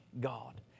god